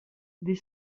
des